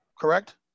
correct